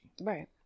right